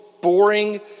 boring